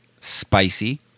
Spicy